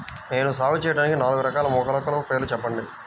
నేను సాగు చేయటానికి నాలుగు రకాల మొలకల పేర్లు చెప్పండి?